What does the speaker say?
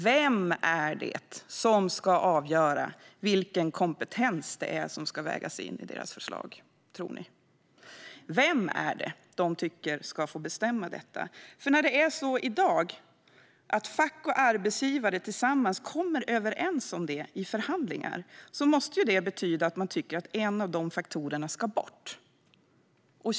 Vem är det som ska avgöra vilken kompetens som ska vägas in enligt deras förslag, tror ni? Vem är det som de tycker ska få bestämma detta? Eftersom det är så i dag att fack och arbetsgivare tillsammans kommer överens om detta i förhandlingar måste det betyda att man tycker att en av faktorerna ska bort.